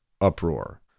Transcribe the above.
uproar